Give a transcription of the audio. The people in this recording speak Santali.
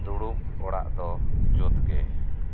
ᱫᱩᱲᱩᱵ ᱚᱲᱟᱜ ᱫᱚ ᱡᱩᱛᱜᱮ